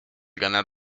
ganar